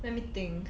let me think